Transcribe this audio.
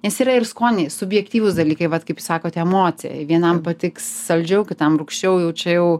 nes yra ir skoniai subjektyvūs dalykai vat kaip sakot emocija vienam patiks saldžiau kitam rūgščiau jau čia jau